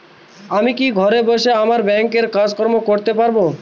আমি কি ঘরে বসে আমার ব্যাংকের কাজকর্ম করতে পারব?